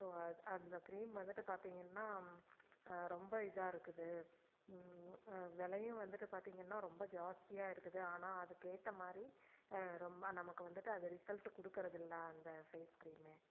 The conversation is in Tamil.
ஸோ அ அந்த க்ரீம் வந்துட்டு பார்த்திங்கன்னா ரொம்ப இதாக இருக்குது விலையும் வந்துட்டு பார்த்திங்கன்னா ரொம்ப ஜாஸ்த்தியாக இருக்குது ஆனால் அதுக்கு ஏற்ற மாதிரி ரொம்ப நமக்கு வந்துட்டு அது ரிசல்ட்டு கொடுக்கறது இல்லை அந்த ஃபேஸ் க்ரீமு